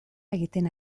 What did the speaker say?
egiten